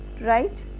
right